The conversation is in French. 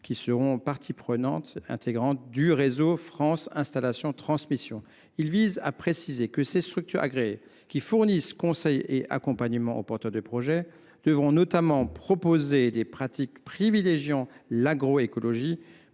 qui feront partie intégrante du réseau France installations transmissions. Ces structures agréées, qui fourniront conseil et accompagnement aux porteurs de projet, devront notamment proposer des pratiques privilégiant l’agroécologie